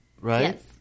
right